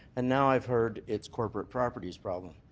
and now i've heard it's corporate properties problem.